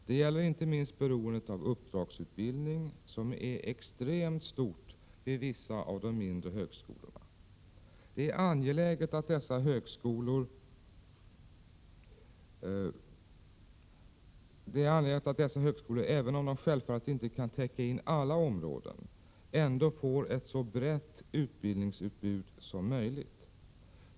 Det gäller inte minst beroendet av uppdragsutbildning, som är extremt stort vid vissa av de mindre högskolorna. Det är angeläget att dessa högskolor även om de självfallet inte kan täcka in alla områden ändå får ett så brett utbildningsutbud som möjligt.